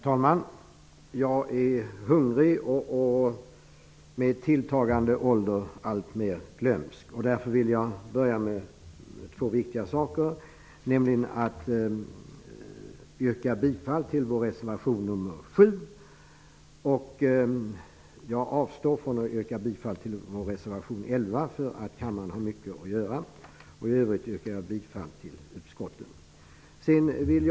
Herr talman! Jag är hungrig, och med tilltagande ålder blir jag alltmer glömsk. Därför börjar jag med att yrka bifall till reservation nr 7 från Ny demokrati. Däremot avstår jag av hänsyn till kammarens myckna arbete från att yrka bifall till reservation nr 11 från oss. I övrigt yrkar jag bifall till utskottets hemställan.